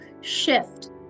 shift